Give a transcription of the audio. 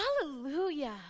Hallelujah